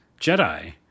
Jedi